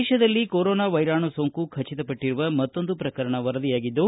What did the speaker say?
ದೇಶದಲ್ಲಿ ಕೊರೋನಾ ವೈರಾಣು ಸೋಂಕು ಖಚಿತಪಟ್ಟರುವ ಮತ್ತೊಂದು ಪ್ರಕರಣ ವರದಿಯಾಗಿದ್ದು